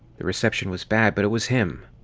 the reception was bad, but it was him.